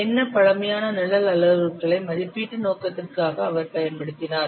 என்ன பழமையான நிரல் அளவுருக்களை மதிப்பீட்டு நோக்கத்திற்காக அவர் பயன்படுத்தினார்